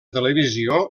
televisió